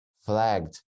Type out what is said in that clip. flagged